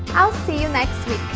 i'll see you next